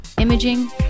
imaging